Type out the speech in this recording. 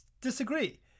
disagree